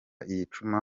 yicuma